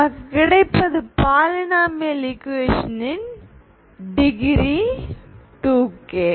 நமக்கு கிடைப்பது polynomial equation ன் டிகிரி 2k